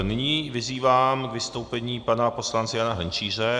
Nyní vyzývám k vystoupení pana poslance Jana Hrnčíře.